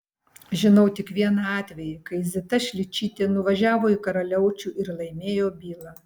žinau tik vieną atvejį kai zita šličytė nuvažiavo į karaliaučių ir laimėjo bylą